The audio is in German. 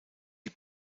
die